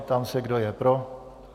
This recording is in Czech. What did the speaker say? Ptám se, kdo je pro.